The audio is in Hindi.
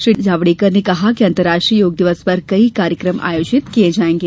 श्री जावड़ेकर ने कहा कि अंतर्राष्ट्रीय योग दिवस पर कई कार्यक्रम किये जाएंगे